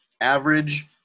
average